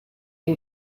and